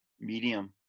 medium